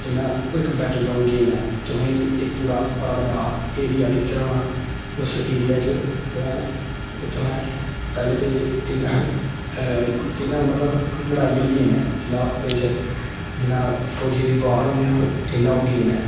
इ'यां ओह् इक बैटल ग्राउंड गेम ऐ तुसेंगी इक पूरा बड़ा बड्डा एरिया दित्ते होना उस एरिया चे पैह्ले ते तुसें तुसें पैह्ले ते मतलब लड़ाई आह्ली गेम ऐ जियां ओह्दे च जियां फौजियें दी वार होंदी ना इ'यां ओह् गेम ऐ